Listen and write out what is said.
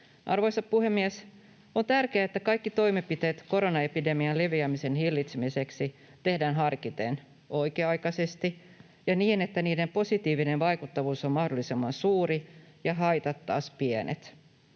Arvoisa puhemies! On tärkeää, että kaikki toimenpiteet koronaepidemian leviämisen hillitsemiseksi tehdään harkiten, oikea-aikaisesti ja niin, että niiden positiivinen vaikuttavuus on mahdollisimman suuri ja haitat taas pienet.